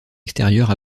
extérieure